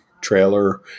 trailer